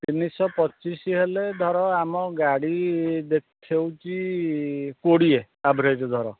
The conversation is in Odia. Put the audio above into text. ତିନିଶହ ପଚିଶ ହେଲେ ଧର ଆମ ଗାଡ଼ି ଦେଖାଉଛି କୋଡ଼ିଏ ଆଭରେଜ ଧର